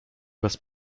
bez